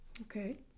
Okay